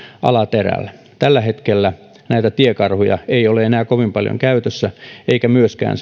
alaterällä tällä hetkellä näitä tiekarhuja ei ole enää kovin paljon käytössä eikä ole myöskään